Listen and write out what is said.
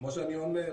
כמו שאני אומר,